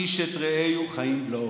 איש את רעהו חיים בלעו.